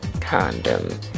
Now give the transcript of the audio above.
condom